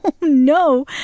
no